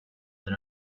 that